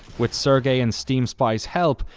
with sergey and steam spy's help,